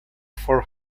for